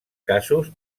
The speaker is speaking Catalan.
casos